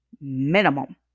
minimum